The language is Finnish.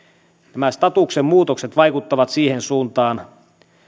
nämä statuksenmuutokset vaikuttavat siihen suuntaan